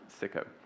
sicko